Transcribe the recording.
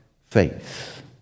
faith